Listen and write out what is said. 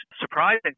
surprising